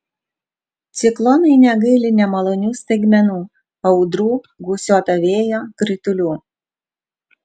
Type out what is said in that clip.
ciklonai negaili nemalonių staigmenų audrų gūsiuoto vėjo kritulių